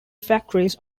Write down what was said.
factories